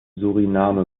suriname